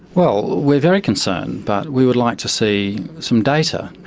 well, we're very concerned, but we would like to see some data.